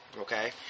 okay